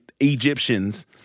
Egyptians